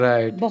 Right